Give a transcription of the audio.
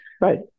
Right